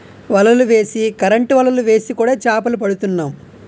వలలు వేసి కరెంటు వలలు వేసి కూడా చేపలు పడుతున్నాం